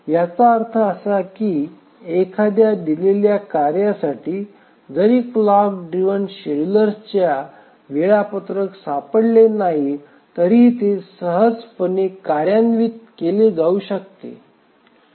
याचा अर्थ असा की एखाद्या दिलेल्या कार्यासाठी जरी क्लॉक ड्रिव्हन शेड्युलर्सच्या वेळापत्रक सापडले नाही तरीही ते सहजपणे कार्यान्वित केले जाऊ शकते